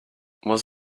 was